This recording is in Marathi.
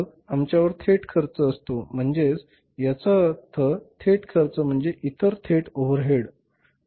मग आमच्यावर थेट खर्च असतो म्हणजे याचा अर्थ थेट खर्च म्हणजे इतर थेट ओव्हरहेड